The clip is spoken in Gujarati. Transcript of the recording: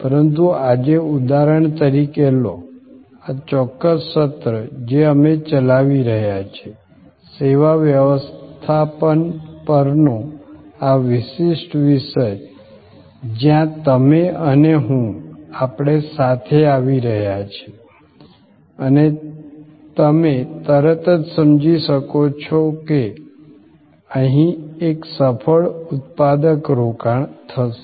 પરંતુ આજે ઉદાહરણ તરીકે લો આ ચોક્કસ સત્ર જે અમે ચલાવી રહ્યા છીએ સેવા વ્યવસ્થાપન પરનો આ વિશિષ્ટ વિષય જ્યાં તમે અને હું આપણે સાથે આવી રહ્યા છીએ અને તમે તરત જ સમજી શકશો કે અહીં એક સફળ ઉત્પાદક રોકાણ થશે